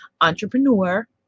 entrepreneur